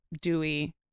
dewy